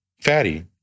Fatty